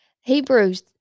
Hebrews